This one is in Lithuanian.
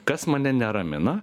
kas mane neramina